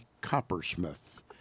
Coppersmith